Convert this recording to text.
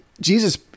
Jesus